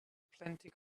plenty